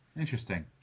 Interesting